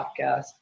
podcast